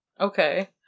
Okay